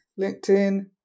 LinkedIn